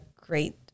great